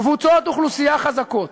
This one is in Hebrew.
קבוצות אוכלוסייה חזקות